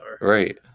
Right